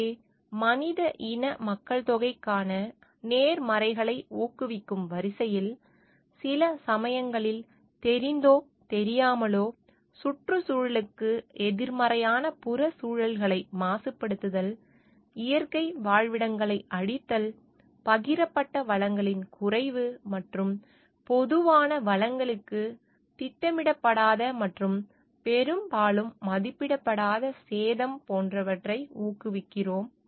எனவே மனித இன மக்கள்தொகைக்கான நேர்மறைகளை ஊக்குவிக்கும் வரிசையில் சில சமயங்களில் தெரிந்தோ தெரியாமலோ சுற்றுச்சூழலுக்கு எதிர்மறையான புறச்சூழல்களை மாசுபடுத்துதல் இயற்கை வாழ்விடங்களை அழித்தல் பகிரப்பட்ட வளங்களின் குறைவு மற்றும் பொதுவான வளங்களுக்கு திட்டமிடப்படாத மற்றும் பெரும்பாலும் மதிப்பிடப்படாத சேதம் போன்றவற்றை ஊக்குவிக்கிறோம்